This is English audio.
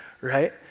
right